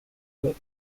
clip